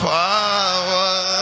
power